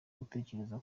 gutegereza